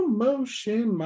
motion